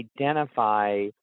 identify